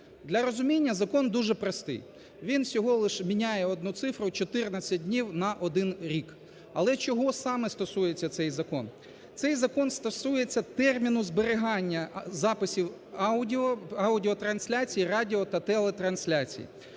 Для розуміння закон дуже простий, він всього лише міняє одну цифру 14 днів на один рік. Але чого саме стосується цей закон? Цей закон стосується терміну зберігання записів аудіотрансляцій, радіо- та телетрансляцій.